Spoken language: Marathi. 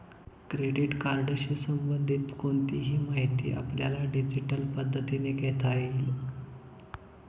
क्रेडिट कार्डशी संबंधित कोणतीही माहिती आपल्याला डिजिटल पद्धतीने घेता येईल